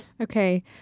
okay